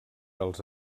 als